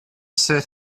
sit